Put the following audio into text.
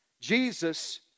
Jesus